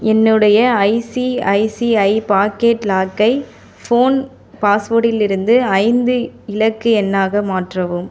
என்னுடைய ICICI pocket லாக்கை phone பாஸ்வேடிலிருந்து ஐந்து இலக்கு எண்ணாக மாற்றவும்